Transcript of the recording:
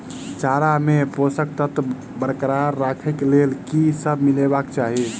चारा मे पोसक तत्व बरकरार राखै लेल की सब मिलेबाक चाहि?